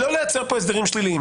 כלומר לא לייצר פה הסדרים שליליים,